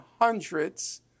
hundreds